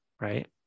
right